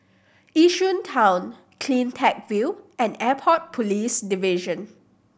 Yishun Town Cleantech View and Airport Police Division